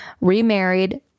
Remarried